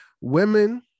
women